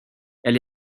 elle